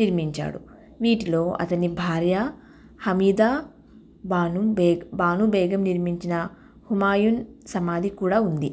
నిర్మించాడు వీటిలో అతని భార్య హమీద బాను బ్ బాను బేగం నిర్మించిన హుమాయూన్ సమాధి కూడా ఉంది